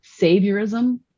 saviorism